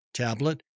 tablet